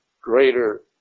greater